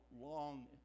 long